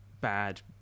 bad